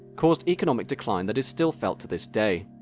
caused economic decline that is still felt to this day.